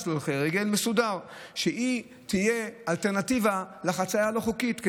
מסודר להולכי רגל שיהיה אלטרנטיבה לחציה הלא-חוקית,